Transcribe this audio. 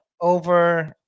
over